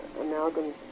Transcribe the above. amalgam